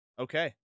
Okay